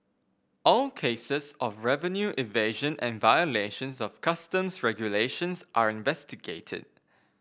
all cases of revenue evasion and violations of customs regulations are investigated